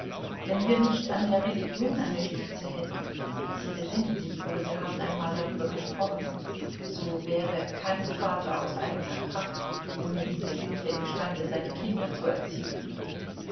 wenn wir nicht an der religion eine stütze hätten sie besinnen sich wohl wir haben einmal darüber gesprochen so wäre kein vater aus eigener kraft ohne diese hilfe imstande seine kinder zu erziehen